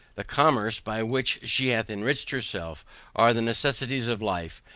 the commerce, by which she hath enriched herself are the necessaries of life,